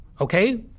Okay